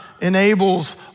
enables